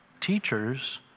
teachers